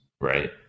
right